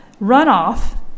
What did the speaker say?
runoff